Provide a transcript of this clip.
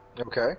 Okay